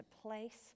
place